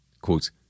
quote